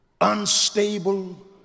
unstable